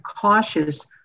cautious